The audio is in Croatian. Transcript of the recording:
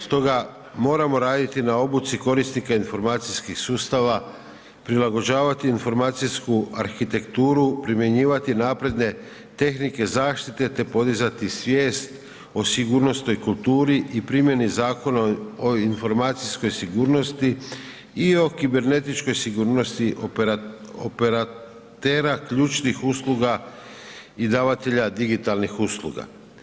Stoga, moramo raditi na obuci korisnika informacijskih sustava, prilagođavati informacijsku arhitekturu, primjenjivati napredne tehnike zaštite te podizati svijest o sigurnosnoj kulturi i primjeni Zakona o informacijskoj sigurnosti i o kibernetičkoj sigurnosti operatera ključnih usluga i davatelja digitalnih usluga.